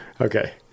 Okay